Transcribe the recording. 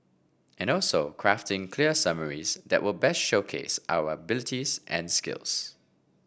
and also crafting clear summaries that will best showcase our abilities and skills